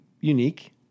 unique